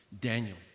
Daniel